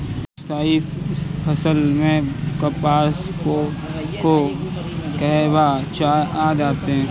स्थायी फसल में कपास, कोको, कहवा, चाय आदि आते हैं